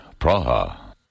Praha